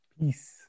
Peace